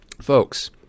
folks